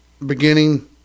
beginning